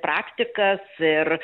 praktikas ir